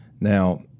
Now